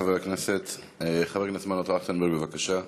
חבר הכנסת מנו טרכטנברג, בבקשה.